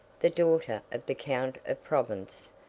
the daughter of the count of provence,